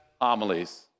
homilies